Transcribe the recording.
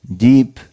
deep